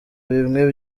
bimwe